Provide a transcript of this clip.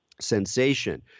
sensation